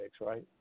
right